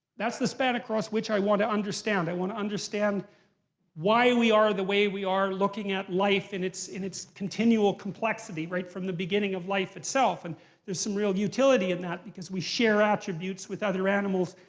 that's the span across which i want to understand. i want to understand why we are the way we are, looking at life in its in its continual complexity right from the beginning of life itself. and there's some real utility in that because we share attributes with other animals,